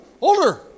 older